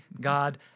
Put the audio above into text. God